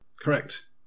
Correct